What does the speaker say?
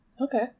Okay